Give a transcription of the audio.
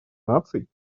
наций